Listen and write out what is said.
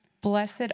Blessed